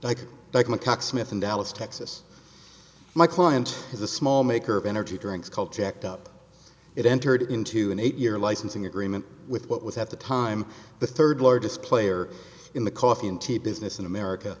cock smith in dallas texas my client is a small maker of energy drinks called jacked up it entered into an eight year licensing agreement with what was at the time the third largest player in the coffee and tea business in america